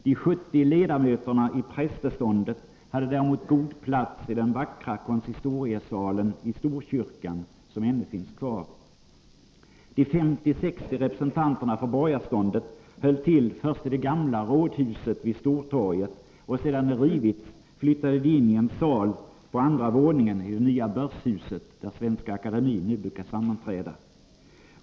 De 70 ledamöterna i prästeståndet hade däremot god plats i den vackra konsistoriesalen i Storkyrkan, som ännu finns kvar. De 50-60 representanterna för borgarståndet höll till först i det gamla rådhuset vid Stortorget, och sedan det rivits flyttade de in i en sal på andra våningen i det nya börshuset, där Svenska akademien brukar sammanträda.